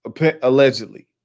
allegedly